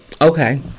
Okay